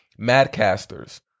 madcasters